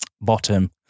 bottom